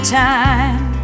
time